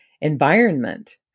environment